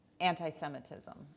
anti-Semitism